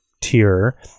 tier